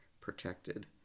protected